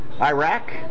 Iraq